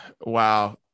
wow